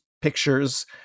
pictures